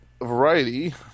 Variety